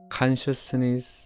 consciousness